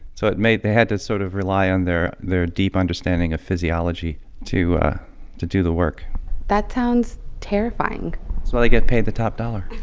so it may they had to sort of rely on their their deep understanding of physiology to to do the work that sounds terrifying that's why they get paid the top dollar